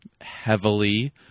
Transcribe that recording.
heavily